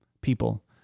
people